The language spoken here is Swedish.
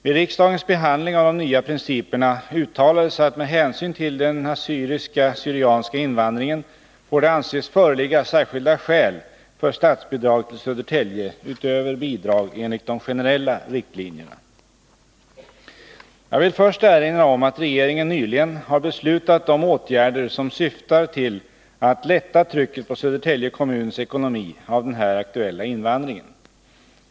Vid riksdagens behandling av de nya principerna uttalades att med hänsyn till den assyriska/syrianska invandringen får det anses föreligga särskilda skäl för statsbidrag till Södertälje utöver bidrag enligt de generella riktlinjerna. Jag vill först erinra om att regeringen nyligen har beslutat om åtgärder som syftar till att lätta trycket på Södertälje kommuns ekonomi av den här aktuella invandringen.